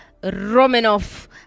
Romanov